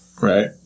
Right